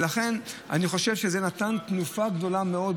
אני חושב שזה נתן תנופה גדולה מאוד,